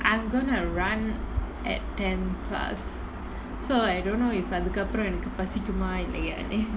I'm gonna run at ten plus so I don't know if அதுக்கப்புரோ எனக்கு பசிக்குமா இல்லையானு:athukkuappuro enakku pasikumaa illaiyaannu